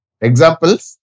Examples